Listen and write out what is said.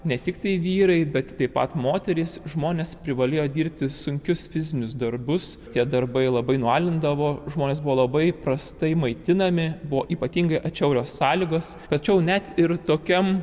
ne tiktai vyrai bet taip pat moterys žmonės privalėjo dirbti sunkius fizinius darbus tie darbai labai nualindavo žmonės buvo labai prastai maitinami buvo ypatingai atšiaurios sąlygos tačiau net ir tokiam